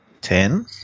Ten